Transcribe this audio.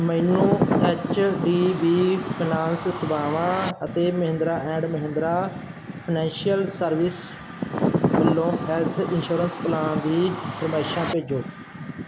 ਮੈਨੂੰ HDB finance ਸੇਵਾਵਾਂ ਅਤੇ Mahindra and Mahindra financial services ਵੱਲੋ ਹੈੱਲਥ ਇੰਸੂਰੈਂਸ ਪਲਾਨ ਦੀ ਫਰਮਾਇਸ਼ਾਂ ਭੇਜੋ